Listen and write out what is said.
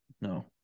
no